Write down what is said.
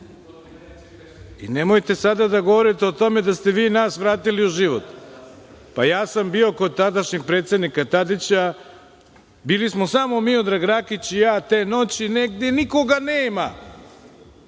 Nemojte sada da govorite o tome da ste vi nas vratili u život. Ja sam bio kod tadašnjeg predsednika Tadića. Bili smo samo Miodrag Rakić i ja te noći, nikoga nema